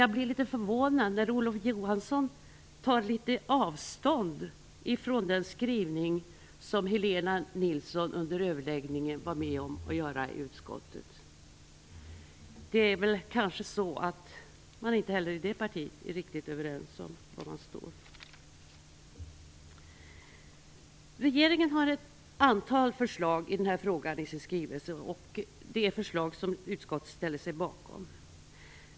Jag blir litet förvånad när Olof Johansson något tar avstånd från den skrivning som Helena Nilsson under överläggningen i utskottet var med om att utforma. Man är kanske inte heller i det partiet är riktigt överens om var man står. Regeringen har ett antal förslag i den här frågan i sin skrivelse, och det är förslag som utskottet ställer sig bakom.